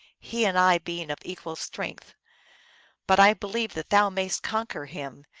he and i being of equal strength but i believe that thou mayst conquer him,